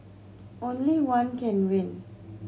only one can win